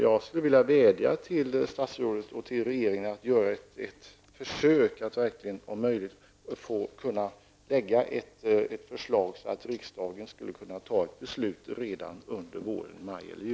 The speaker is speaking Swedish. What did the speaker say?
Jag skulle vilja vädja till statsrådet och till regeringen att om möjligt lägga fram ett förslag så att riksdagen kan fatta beslut redan under våren, i maj eller juni.